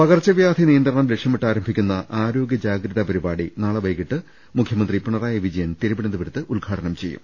പകർച്ചവ്യാധി നിയന്ത്രണം ലക്ഷ്യമിട്ട് ആരംഭിക്കുന്ന ആരോ ഗൃ ജാഗ്രതാ പരിപാടി നാളെ വൈകിട്ട് മുഖ്യമന്ത്രി പിണറായി വിജയൻ തിരുവനന്തപുരത്ത് ഉദ്ഘാടനം ചെയ്യും